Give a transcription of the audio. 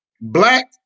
Black